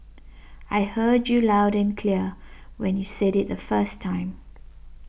I heard you loud and clear when you said it the first time